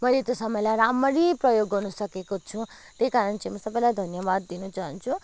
मैले त्यो समयलाई राम्ररी प्रयोग गर्नुसकेको छु त्यही कारण चाहिँ म सबैलाई धन्यवाद दिन चाहन्छु